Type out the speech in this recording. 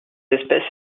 espèce